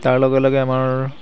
তাৰ লগে লগে আমাৰ